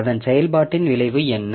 அதன் செயல்பாட்டின் விளைவு என்ன